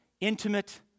intimate